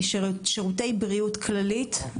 משירותי בריאות כללית,